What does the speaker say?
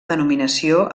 denominació